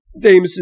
Damon